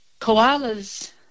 koalas